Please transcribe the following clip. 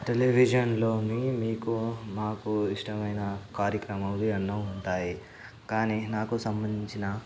టెలివిజన్లోని మీకు మాకు ఇష్టమైన కార్యక్రమాలు ఎన్నో ఉంటాయి కానీ నాకు సంబంధించిన